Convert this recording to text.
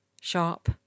Sharp